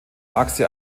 achse